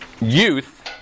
Youth